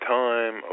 time